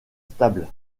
stable